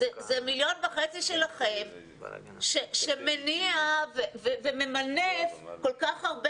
זה 1,500,000 שלכם שמניע וממנף כל כך הרבה